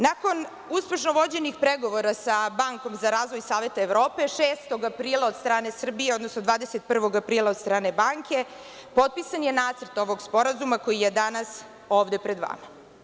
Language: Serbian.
Nakon uspešno vođenih pregovora sa bankom za razvoj Saveta Evrope, 6. Aprila od strane Srbije, odnosno 21. aprila od strane banke potpisan je nacrt ovog Sporazuma koji je danas ovde pred vama.